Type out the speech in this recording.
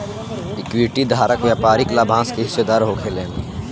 equity धारक व्यापारिक लाभांश के हिस्सेदार होखेलेन